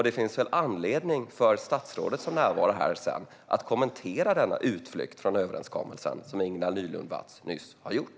Det finns väl anledning för statsrådet som närvarar här att sedan kommentera den utflykt från överenskommelsen som Ingela Nylund Watz nyss gjorde.